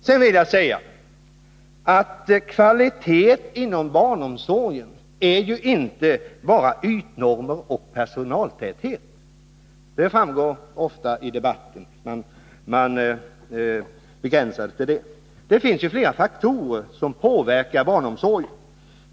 Sedan vill jag säga att kvalitet inom barnomsorgen inte bara handlar om ytnormer och personaltäthet — det framgår ofta i debatten att man begränsar den till det, men det finns flera faktorer som påverkar barnomsorgen.